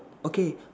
okay